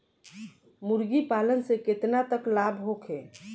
मुर्गी पालन से केतना तक लाभ होखे?